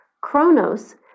Chronos